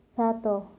ସାତ